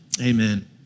amen